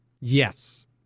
Yes